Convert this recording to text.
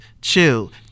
chill